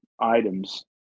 items